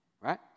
Right